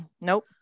nope